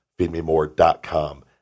feedmemore.com